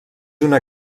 una